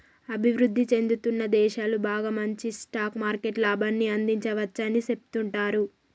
అభివృద్ధి చెందుతున్న దేశాలు బాగా మంచి స్టాక్ మార్కెట్ లాభాన్ని అందించవచ్చని సెబుతుంటారు